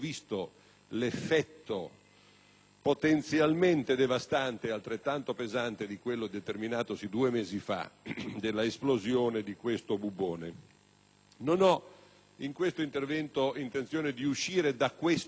potenzialmente devastante ed altrettanto pesante di quello determinatosi due mesi fa della esplosione di questo bubbone. Non ho intenzione in questo intervento di uscire da questo specifico, cioè la crisi